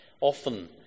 Often